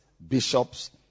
bishops